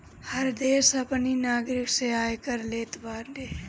हर देस अपनी नागरिक से आयकर लेत बाटे